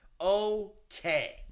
Okay